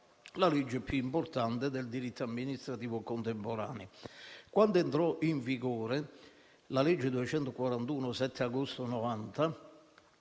la legge più importante del diritto amministrativo contemporaneo. Quando entrò in vigore la citata legge n. 241 del 7 agosto 1990,